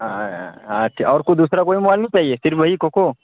ہاں اور کوئی دوسرا کوئی موبائل نہیں چاہیے پھر وہی کوکو